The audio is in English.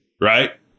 right